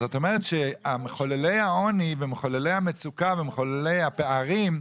זאת אומרת שמחוללי העוני ומחוללי המצוקה ומחוללי הפערים,